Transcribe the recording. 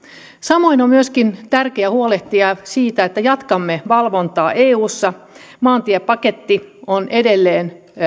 samoin on myöskin tärkeää huolehtia siitä että jatkamme valvontaa eussa maantiepaketti on edelleen